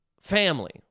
family